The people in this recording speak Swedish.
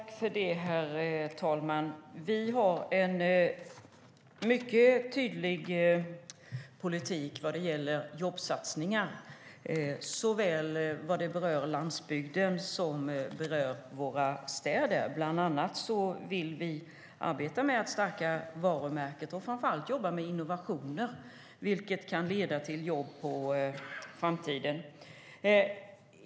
Herr talman! Vi har en mycket tydlig politik vad gäller jobbsatsningar som rör såväl landsbygden som våra städer. Bland annat vill vi arbeta med att stärka varumärket och framför allt jobba med innovationer, vilket kan leda till jobb i framtiden.